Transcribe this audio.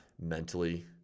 mentally